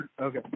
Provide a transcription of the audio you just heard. Okay